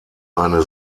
eine